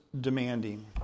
demanding